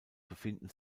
befinden